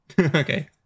Okay